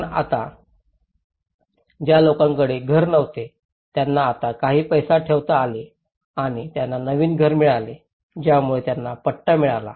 पण आता ज्या लोकांकडे घर नव्हते त्यांना आता काही पैसे ठेवता आले आणि त्यांना नवीन घर मिळाले ज्यामुळे त्यांना पट्टा मिळाला